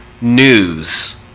news